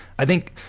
i think.